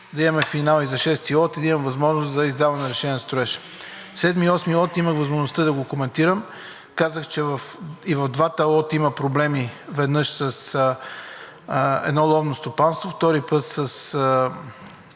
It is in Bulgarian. да имаме финал и за лот 6 и да имаме възможност за издаване на разрешение за строеж. Лот 7 и 8 имах възможността да го коментирам. Казах, че и в двата лота има проблеми – веднъж с едно ловно стопанство, втори път с